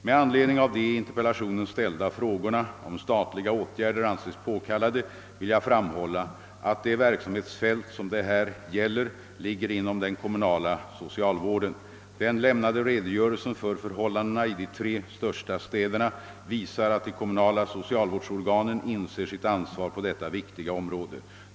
Med anledning av de i interpellationen ställda frågorna om statliga åtgärder anses påkallade vill jag framhålla, att det verksamhetsfält som det här gäller ligger inom den kommunala socialvården. Den lämnade redogörelsen för förhållandena i de tre största städerna visar att de kommunala socialvårdsorganen inser sitt ansvar på detta viktiga område.